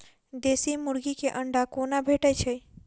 देसी मुर्गी केँ अंडा कोना भेटय छै?